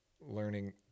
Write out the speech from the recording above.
learning